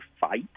fight